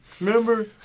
Remember